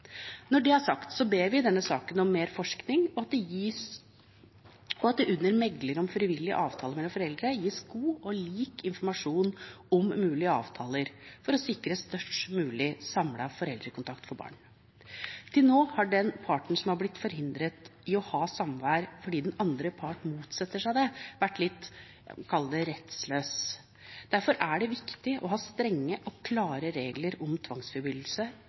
Når det er sagt, ber vi i denne saken om mer forskning og om at det under megling om frivillig avtale mellom foreldre gis god og lik informasjon om mulige avtaler, for å sikre størst mulig samlet foreldrekontakt for barna. Til nå har den parten som har blitt forhindret i å ha samvær fordi den andre part motsetter seg det, vært litt – jeg vil kalle det – rettsløs. Derfor er det viktig å ha strenge og klare regler om tvangsfullbyrdelse.